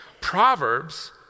Proverbs